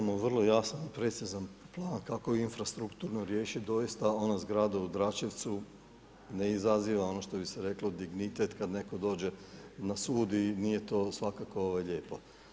Imamo vrlo jasan i precizan plan kako infrastrukturno riješiti doista onu zgradu u Dračevcu da ne izaziva ono što bi se reklo dignitet kada neko dođe na sud i nije to svakako lijepo.